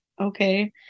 okay